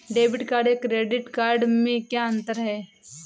Debit या credit card में क्या अन्तर है?